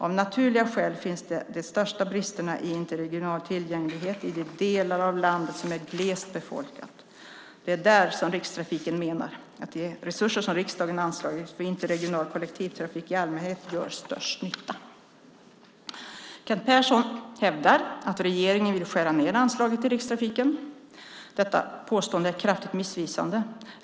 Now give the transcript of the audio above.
Av naturliga skäl finns de största bristerna i interregional tillgänglighet i de delar av landet som är glest befolkat. Det är där som Rikstrafiken menar att de resurser som riksdagen anslagit för interregional kollektivtrafik i allmänhet gör störst nytta. Kent Persson hävdar att regeringen vill skära ned anslaget till Rikstrafiken. Detta påstående är kraftigt missvisande.